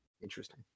Interesting